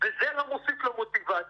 וזה לא מוסיף למוטיבציה.